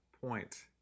point